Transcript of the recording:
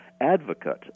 advocate